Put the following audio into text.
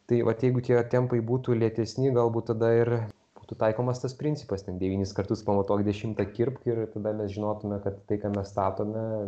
tai vat jeigu tie tempai būtų lėtesni galbūt tada ir būtų taikomas tas principas ten devynis kartus pamatuok dešimtą kirpk ir tada mes žinotume kad tai ką mes statome